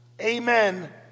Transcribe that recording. amen